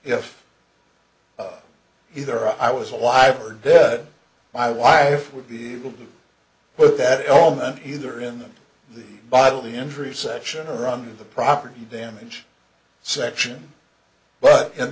if he there i was alive or dead my wife would be able to put that element either in the bodily injury section or on the property damage section but in